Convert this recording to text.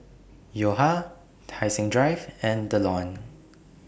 Yo Ha Tai Seng Drive and The Lawn